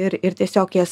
ir ir tiesiog jas